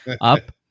up